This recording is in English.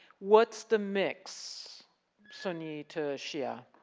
what's the mix suni to shia.